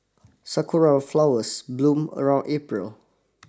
sakura flowers bloom around April